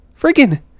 Freaking